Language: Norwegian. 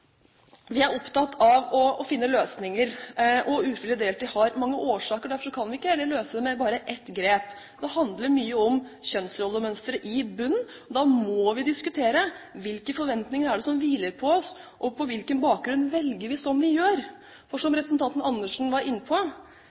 Vi er opptatt av å finne løsninger, og ufrivillig deltid har mange årsaker, derfor kan vi heller ikke løse det med bare ett grep. Det handler mye om kjønnsrollemønsteret i bunnen. Da må vi diskutere hvilke forventninger det er som hviler på oss, og på hvilken bakgrunn vi velger som vi gjør. For som representanten Andersen var inne på,